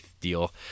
deal